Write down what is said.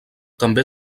també